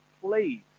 please